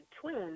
twins